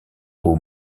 aux